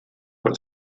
per